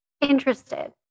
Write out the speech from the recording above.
interested